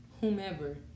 whomever